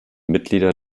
mitglieder